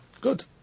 good